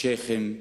שיח'ים,